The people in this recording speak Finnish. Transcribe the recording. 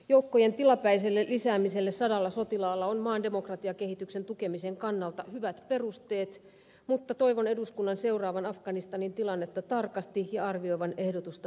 joukkojen tilapäiselle lisäämiselle sadalla sotilaalla on maan demokratiakehityksen tukemisen kannalta hyvät perusteet mutta toivon eduskunnan seuraavan afganistanin tilannetta tarkasti ja arvioivan ehdotusta huolellisesti